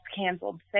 canceled